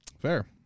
Fair